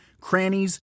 crannies